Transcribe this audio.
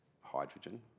hydrogen